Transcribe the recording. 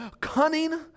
cunning